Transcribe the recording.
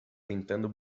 tentando